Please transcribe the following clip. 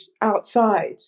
outside